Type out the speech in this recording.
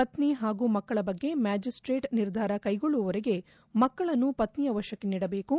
ಪತ್ತಿ ಹಾಗೂ ಮಕ್ಕಳ ಬಗ್ಗೆ ಮ್ನಾಜಿಸ್ಲೇಟ್ ನಿರ್ಧಾರ ಕ್ಷೆಗೊಳ್ಲುವವರೆಗೆ ಮಕ್ಕಳನ್ನು ಪತ್ತಿಯ ವಶಕ್ಕೆ ನೀಡಬೇಕು